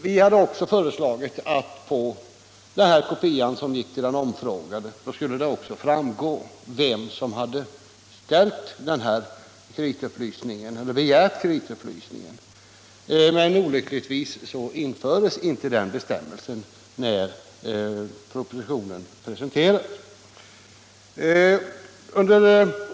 Vi hade också föreslagit att det av kopian som gick till den omfrågade även skulle framgå vem som hade begärt kreditupplysningen, men olyckligtvis infördes inte den bestämmelsen när propositionen presenterades.